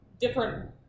different